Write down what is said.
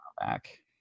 Back